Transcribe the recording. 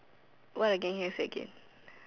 what again say again